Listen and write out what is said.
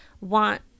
want